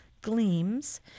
Gleams